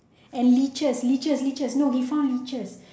and leeches leeches leeches no he found leeches